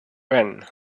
when